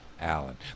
Allen